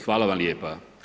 Hvala vam lijepa.